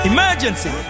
Emergency